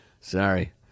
Sorry